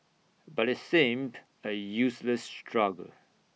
but IT seemed A useless struggle